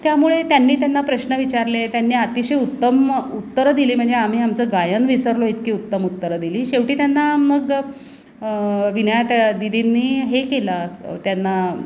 त्यामुळे त्यांनी त्यांना प्रश्न विचारले त्यांनी अतिशय उत्तम उत्तरं दिली म्हणजे आम्ही आमचं गायन विसरलो इतकी उत्तम उत्तरं दिली शेवटी त्यांना मग विनयाता दीदींनी हे केला त्यांना